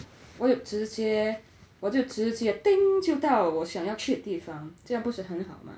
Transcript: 我直接我就直接 ding 就到我想要去的地方这样不是很好吗